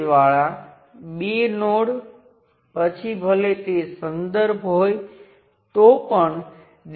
હવે તે બરાબર શું છે જો તમે I1ની દિશા પર હોવ તો તે અહીંથી રદ થાય છે જ્યાં V1 એ આ ધન ટર્મિનલ સાથે માપવામાં આવે છે